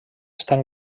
estan